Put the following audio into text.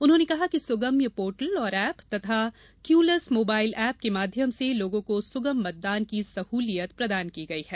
उन्होंने कहा कि सुगम्य पोर्टल और ऐप तथा क्यूलेस मोबाइल ऐप के माध्यम से लोगों को सुगम मतदान की सहूलियतें प्रदान की हैं